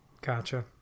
Gotcha